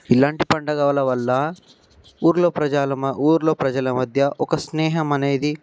ఇలాంటి పండుగల వల్ల ఊరిలో ప్రజలు ఊరిలో ప్రజల మధ్య ఒక స్నేహం అనేది